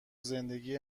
زندگی